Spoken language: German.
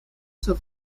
zur